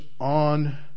on